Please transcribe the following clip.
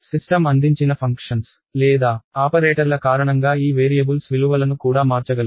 system అందించిన functions లేదా ఆపరేటర్ల కారణంగా ఈ వేరియబుల్స్ విలువలను కూడా మార్చగలవు